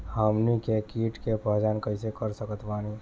हमनी के कीट के पहचान कइसे कर सकत बानी?